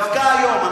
דווקא היום,